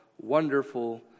wonderful